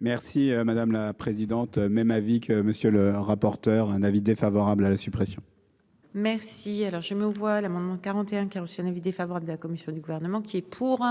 Merci madame la présidente. Même avis que monsieur le rapporteur. Un avis défavorable à la suppression. Merci alors je mets aux voix l'amendement 41 qui a reçu un avis défavorable de la commission du gouvernement qui est pour.